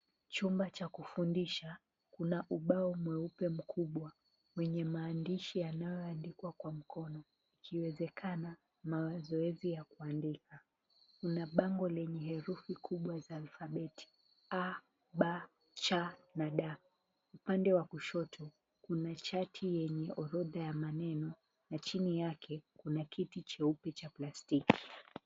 Chumba cha kufundisha, kuna ubao mweupe mkubwa wenye maandishi yanayoandikwa kwa mkono. Iiwezekana mazoezi ya kuandika. Kuna bango lenye herufi kubwa za alfabeti, A,B,C, na D. Upande wa kushoto kuna chati yenye orodha ya maneno, na chini yake kuna kiti cheupe cha plastiki.